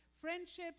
Friendships